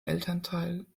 elternteil